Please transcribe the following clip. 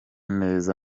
neza